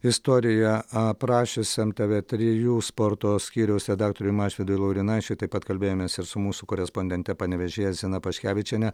istoriją aprašiusiam tv trijų sporto skyriaus redaktoriui mažvydui laurinaičiui taip pat kalbėjomės ir su mūsų korespondente panevėžyje zina paškevičiene